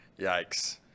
yikes